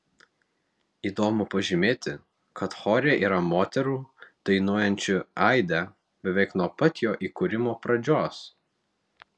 įdomu pažymėti kad chore yra moterų dainuojančių aide beveik nuo pat jo įkūrimo pradžios